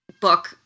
book